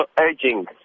urging